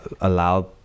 allow